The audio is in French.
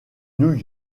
new